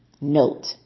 note